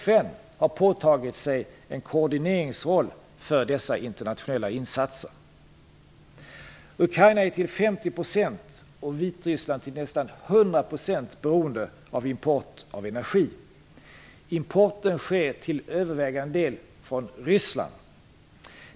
FN har påtagit sig en koordineringsroll för dessa internationella insatser. Ukraina är till 50 % och Vitryssland till nästan 100 % beroende av import av energi. Importen sker till övervägande del från Ryssland.